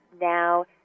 now